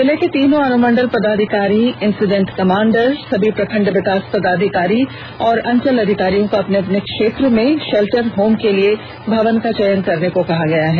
जिले के तीनों अनुमंडल पदाधिकारी इंसीडेंट कमांडर सभी प्रखंड विकास पदाधिकारी और अंचलाधिकारियों को अपने अपने क्षेत्र में शेल्टर होम के लिए भवन का चयन करने का निर्देश दिया गया है